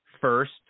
first